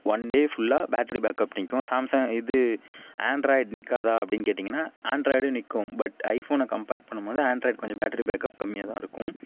one day ஃபுல்லாக battery backup நிற்கும் Samsung இது ஆண்ட்ராய்டு நிற்காதா அப்படினு கேட்டிங்கனா ஆண்ட்ராய்டும் நிற்கும் பட் ஐபோனை கம்பேர் பண்ணும் போது ஆண்ட்ராய்டு கொஞ்சம் பேட்டரி பேக்கப் கம்மியாக தான் இருக்கும்